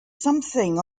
something